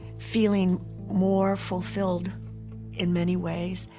feeling more fulfilled in many ways,